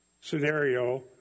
scenario